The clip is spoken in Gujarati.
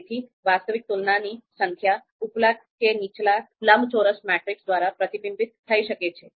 તેથી વાસ્તવિક તુલનાની સંખ્યા ઉપલા કે નીચલા લંબચોરસ મેટ્રિક્સ દ્વારા પ્રતિબિંબિત થઈ શકે છે